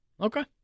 Okay